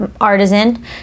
artisan